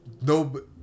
no